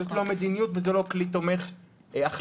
זאת לא מדיניות וזה לא כלי תומך החלטות.